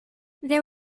there